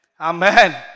Amen